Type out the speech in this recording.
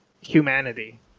humanity